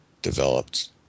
developed